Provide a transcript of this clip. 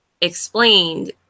explained